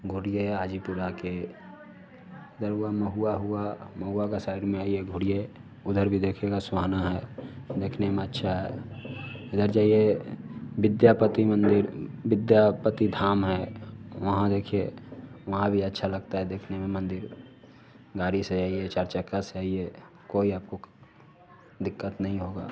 घूमिए हाजीपुर आके दरुआ महुआ हुआ महुआ का साइड में आईए घूमिए उधर भी देखिएगा सुहाना है देखने में अच्छा है इधर जाईए विद्यापति मन्दिर विद्यापति धाम है वहाँ देखिए वहाँ भी अच्छा लगता है देखने में मन्दिर गारी से आइए चार चक्का से आईए कोई आपको दिक्कत नहीं होगा